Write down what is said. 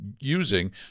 using